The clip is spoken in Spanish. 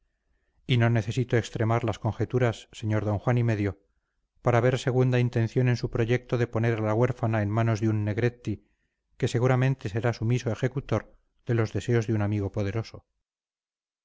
y no necesito extremar las conjeturas señor d juan y medio para ver segunda intención en su proyecto de poner a la huérfana en manos de un negretti que seguramente será sumiso ejecutor de los deseos de un amigo poderoso